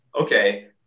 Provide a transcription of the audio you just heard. okay